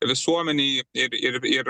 visuomenei ir ir ir